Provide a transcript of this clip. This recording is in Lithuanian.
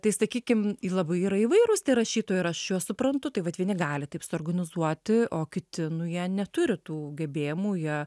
tai sakykim į labai įvairūs tie rašytojai ir aš juos suprantu tai vat vieni gali taip suorganizuoti o kiti nu jie neturi tų gebėjimų jie